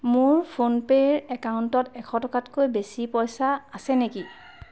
মোৰ ফোন পে'ৰ একাউণ্টত এশ টকাতকৈ বেছি পইচা আছে নেকি